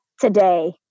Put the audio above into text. today